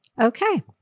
okay